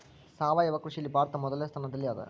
ಸಾವಯವ ಕೃಷಿಯಲ್ಲಿ ಭಾರತ ಮೊದಲನೇ ಸ್ಥಾನದಲ್ಲಿ ಅದ